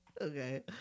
Okay